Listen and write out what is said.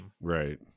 Right